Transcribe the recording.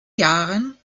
jahren